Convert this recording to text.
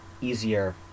easier